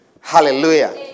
Hallelujah